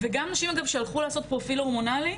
וגם נשים שהלכו לעשות פרופיל הורמונלי,